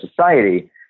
society